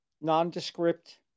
nondescript